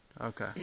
Okay